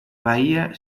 bahía